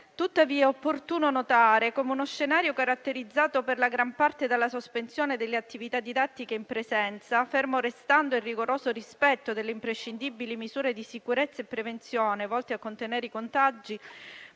Tuttavia è opportuno notare come uno scenario caratterizzato per la gran parte dalla sospensione delle attività didattiche in presenza, fermo restando il rigoroso rispetto delle imprescindibili misure di sicurezza e prevenzione volte a contenere i contagi,